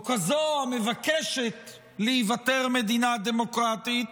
או כזו מבקשת להיוותר מדינה דמוקרטית,